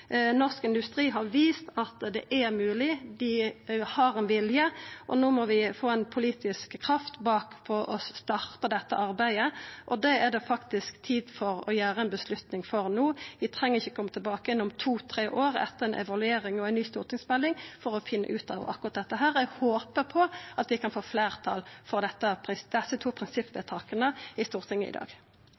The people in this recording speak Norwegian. Norsk Industri har vist at det er mogleg. Dei har vilje, og no må vi få politisk kraft bak å starta dette arbeidet. Det er det faktisk tid for å gjera eit vedtak for no. Vi treng ikkje kome igjen om to–tre år etter ei evaluering og ei ny stortingsmelding for å finna ut av akkurat dette, og eg håpar på at vi kan få fleirtal for desse to prinsippforslaga i Stortinget i dag. Jeg tok også ordet for å kommentere de løse forslagene Senterpartiet har fremmet i salen her i dag.